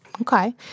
Okay